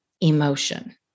emotion